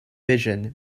vision